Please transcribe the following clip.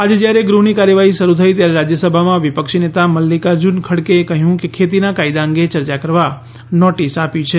આજે જ્યારે ગૃહની કાર્યવાહી શરૂ થઈ ત્યારે રાજ્યસભામાં વિપક્ષી નેતા મલ્લિકાર્જુન ખડગેએ કહ્યું કે ખેતીના કાયદા અંગે ચર્ચા કરવા નોટિસ આપી છે